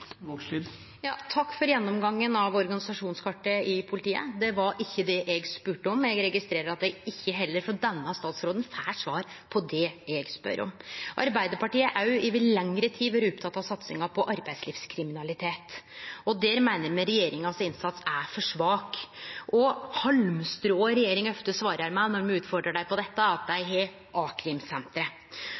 Takk for gjennomgangen av organisasjonskartet i politiet. Det var ikkje det eg spurde om. Eg registrerer at eg heller ikkje frå denne statsråden får svar på det eg spør om. Arbeidarpartiet har òg over lengre tid vore oppteke av satsinga på arbeidslivskriminalitet. Der meiner me innsatsen frå regjeringa er for svak. Halmstrået regjeringa ofte svarar med når me utfordrar dei på dette, er at dei har